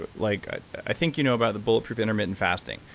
but like i think you know about the bulletproof intermittent fasting,